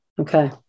Okay